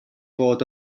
bod